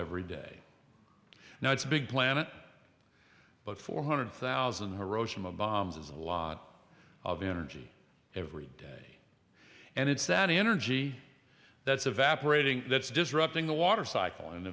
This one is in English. every day now it's a big planet but four hundred thousand hiroshima bombs as a lot of energy every day and it's that energy that's evaporating that's disrupting the water cycle and